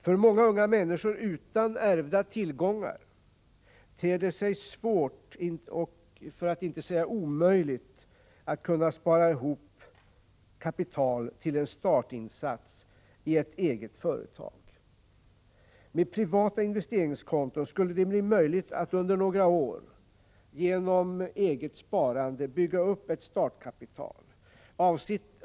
För många unga människor utan ärvda tillgångar ter det sig svårt för att inte säga omöjligt att kunna spara ihop kapital till en startinsats i ett eget företag. Med privata investeringskonton skulle det bli möjligt att under några år genom eget sparande bygga upp ett eget startkapital.